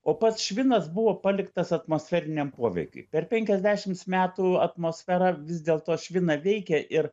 o pats švinas buvo paliktas atmosferiniam poveikiui per penkiasdešimts metų atmosfera vis dėlto šviną veikia ir